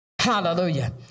Hallelujah